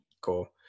Cool